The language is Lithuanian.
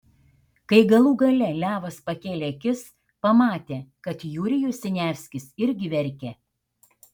kai galų gale levas pakėlė akis pamatė kad jurijus siniavskis irgi verkia